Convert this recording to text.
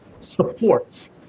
supports